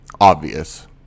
obvious